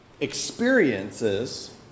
experiences